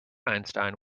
einstein